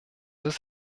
ist